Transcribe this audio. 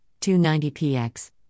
290px